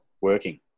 working